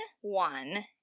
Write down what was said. one